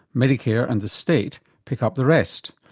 medicare and the state pick up the rest.